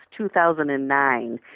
2009